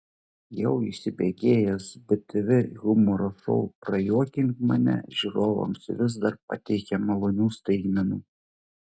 jau įsibėgėjęs btv humoro šou prajuokink mane žiūrovams vis dar pateikia malonių staigmenų